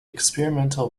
experimental